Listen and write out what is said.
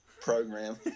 program